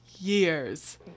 years